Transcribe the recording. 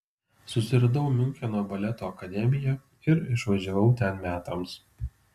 susiradau miuncheno baleto akademiją ir išvažiavau ten metams